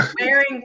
wearing